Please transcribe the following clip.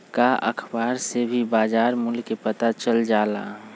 का अखबार से भी बजार मूल्य के पता चल जाला?